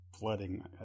flooding